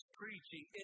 preaching